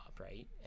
right